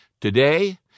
today